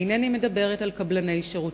אינני מדברת על קבלני שירותים,